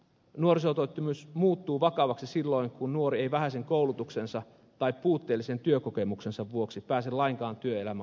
nuorisotyöttömyys muuttuu vakavaksi silloin kun nuori ei vähäisen koulutuksensa tai puutteellisen työkokemuksensa vuoksi pääse lainkaan työelämän alkuun kiinni